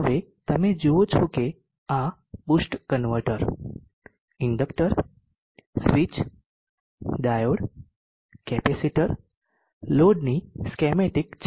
હવે તમે જુઓ છો કે આ boost converter inductor switch diode capacitor લોડની સ્કેમેટીક છે